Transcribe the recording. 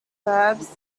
verbs